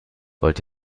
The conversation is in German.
wollt